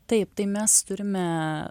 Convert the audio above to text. taip tai mes turime